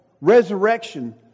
resurrection